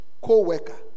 co-worker